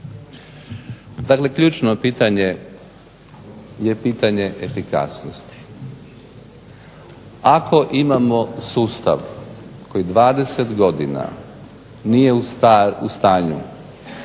Dakle ključno pitanje je pitanje efikasnosti. Ako imamo sustav koji 20 godina nije u stanju